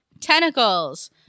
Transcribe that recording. tentacles